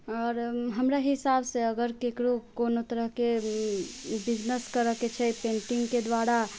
आओर हमरा हिसाब से अगर केकरो कओनो तरहके बिजनेस करऽके छै पेंटिङ्गके द्वारा